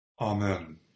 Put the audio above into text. Amen